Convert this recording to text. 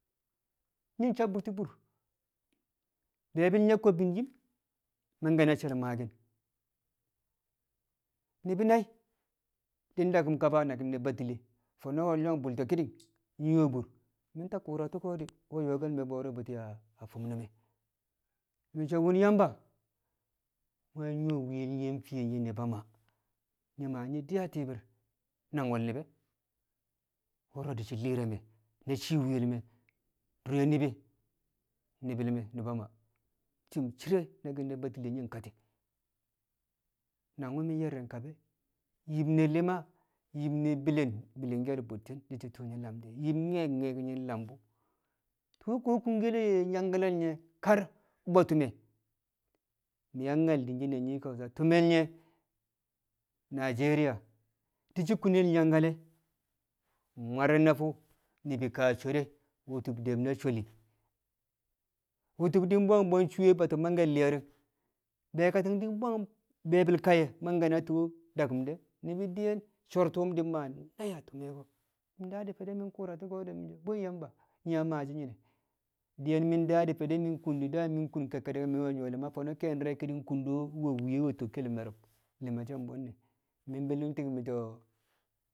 nyi̱ sabbu̱ti̱ bur, be̱e̱bi̱ ye̱ ko̱bmi̱ yim mangke̱ na she̱l maaki̱n, ni̱bi̱ nai̱ di̱ daku̱m kaba a naki̱n ne̱ Batile fo̱no̱ bu̱lto̱ ki̱ni̱ng nyi̱ we̱ bur, mi̱ ta ku̱u̱ra tu̱ko̱ di̱ nwe̱ yo̱o̱ke̱l me̱ bo̱ro̱ bu̱ti̱ a fi̱m ne̱ me̱. mi̱ so̱ wu̱n Yamba mu̱ nyu̱wo̱ mwi̱ye̱l fiye nyi̱ nu̱ba Maa nyi̱ di a ti̱i̱bi̱r nang we̱l ni̱bi̱ wo̱ro̱ di̱ shi̱ li̱i̱r re̱ me̱ na cii mwi̱ye̱l me̱ dure ni̱bi̱ ni̱bi̱l me̱ nu̱ba Maa cum cire̱ naki̱n ne̱ Batile nyi̱ kati̱ nangwu̱ mi̱ ye̱rni̱n kabe̱ yim ne̱ li̱ma yim ne̱ bi̱li̱ng, bi̱li̱ngke̱l bu̱tti̱n di̱ shi̱ tu̱u̱ nyi̱ lam she̱ yim ne̱ ye̱yye̱n nyi̱ lam bu̱ tu̱u̱ ko kungkel nangkale̱ ye̱ kar bo̱ ti̱me̱ mi̱ yang din she̱ nyii Kawusa ti̱me̱ ye̱ Najeriya di shi kunel nangkale̱ mwari̱ng a fu ni̱bi̱ ka swhere wu̱tu̱b dem na sholi wu̱tu̱b bwang bwang cuwe̱ batu̱b mangke̱ li̱ye̱ri̱ng be̱e̱ kating di̱ bwang be̱e̱bi̱ kayye̱ mangke̱ na tu̱u̱ daku̱m de̱, ni̱bi̱ diyen sor tuum di̱ bwang nai̱ a ti̱me̱ ko̱, mi̱ daa fe̱de̱ mi̱ ku̱u̱ra tu̱ko̱ di̱ mi̱ so̱ bwoi Yamba nyi̱ maa nyine̱? Diyen mi̱ daa di̱ fe̱de̱ kun da mi̱ kun kekkedek mi̱ nyu̱wo̱ we̱ li̱ma fo̱no̱ ke̱e̱shi̱ di̱re̱ kung bo nwe̱ mwi̱ye̱ nwe̱ tokkel me̱ru̱m li̱ma she̱ bwe̱nne̱ mi̱ bi̱li̱n ti̱ng mi̱ so̱